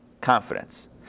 confidence